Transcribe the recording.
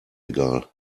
egal